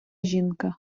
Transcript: жінка